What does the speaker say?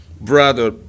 brother